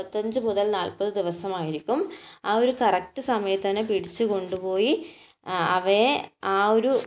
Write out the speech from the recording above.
മുപ്പത്തഞ്ച് മുതൽ നാല്പത് ദിവസമായിരിക്കും ആ ഒരു കറക്റ്റ് സമയത്ത് തന്നെ പിടിച്ച് കൊണ്ടു പോയി ആ അവയെ ആ ഒരു